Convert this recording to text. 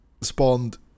spawned